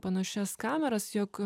panašias kameras jog